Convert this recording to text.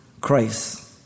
Christ